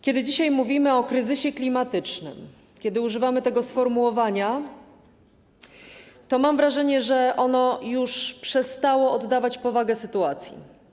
Kiedy mówimy dzisiaj o kryzysie klimatycznym, kiedy używamy tego sformułowania, to mam wrażenie, że ono przestało już oddawać powagę sytuacji.